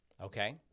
Okay